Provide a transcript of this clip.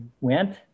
went